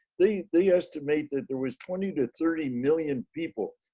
the, the estimate that there was twenty to thirty million people,